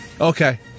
Okay